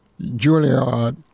Juilliard